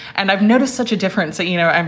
and i've noticed such a difference that, you know, and